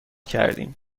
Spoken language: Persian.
کردیم